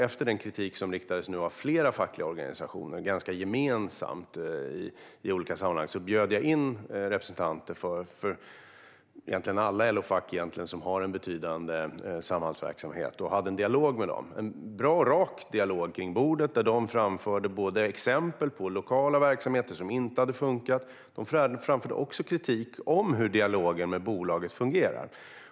Efter den kritik som riktades ganska gemensamt i olika sammanhang från flera fackliga organisationer bjöd jag in representanter för i stort sett alla LO-fack som har en betydande Samhallsverksamhet och hade en dialog med dem. Det var en bra och rak dialog kring bordet, där de framförde exempel på lokala verksamheter som inte hade funkat, och där de också framförde kritik om hur dialogen med bolaget fungerar.